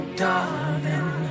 darling